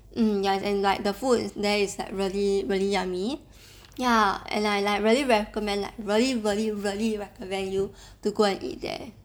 mm ya and like the food there is really really yummy ya and I like really recommend like really really really recommend you to go and eat there